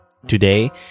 today